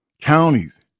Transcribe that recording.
counties